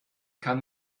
kann